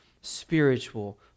spiritual